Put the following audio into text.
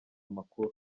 amakuru